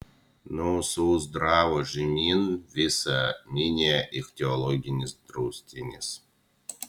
nuo sausdravo žemyn visa minija ichtiologinis draustinis